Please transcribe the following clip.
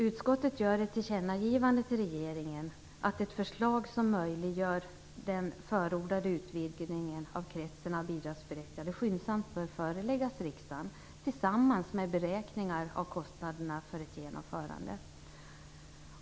Utskottet gör ett tillkännagivande till regeringen att ett förslag som möjliggör den förordade utvidgningen av kretsen av bidragsberättigade skyndsamt bör föreläggas riksdagen tillsammans med beräkningar av kostnaderna för ett genomförande.